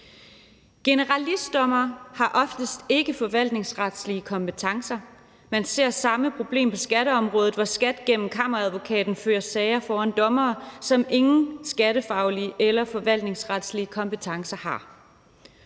Generalistdommere har oftest ikke forvaltningsretlige kompetencer. Man ser samme problem på skatteområdet, hvor Skattestyrelsen gennem Kammeradvokaten fører sager foran dommere, som ingen skattefaglige eller forvaltningsretlige kompetencer har.